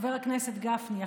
חבר הכנסת גפני,